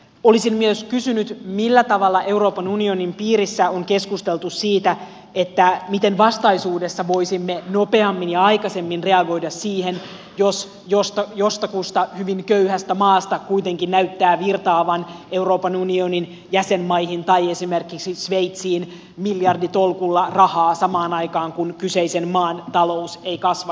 olisin myös kysynyt millä tavalla euroopan unionin piirissä on keskusteltu siitä miten vastaisuudessa voisimme nopeammin ja aikaisemmin reagoida siihen jos jostakusta hyvin köyhästä maasta kuitenkin näyttää virtaavan euroopan unionin jäsenmaihin tai esimerkiksi sveitsiin miljarditolkulla rahaa samaan aikaan kun kyseisen maan talous ei kasva juuri lainkaan